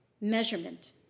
measurement